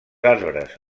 arbres